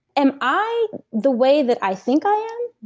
am i the way that i think i am?